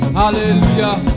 hallelujah